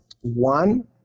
One